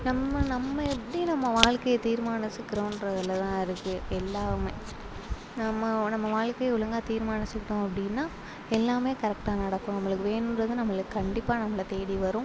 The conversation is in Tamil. நம்ம நம்ம எப்படி நம்ம வாழ்கையை தீர்மானிசிக்கிறோன்றத்துல தான் இருக்குது எல்லாமே நம்ம நம்ம வாழ்கையை ஒழுங்காக தீர்மானிச்சிகிட்டோம் அப்படினா எல்லாமே கரெக்டாக நடக்கும் நம்மளுக்கு வேணுன்றதும் நம்மளுக்கு கண்டிப்பாக நம்மளை தேடி வரும்